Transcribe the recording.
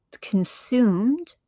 consumed